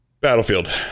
battlefield